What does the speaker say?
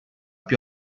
più